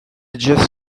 just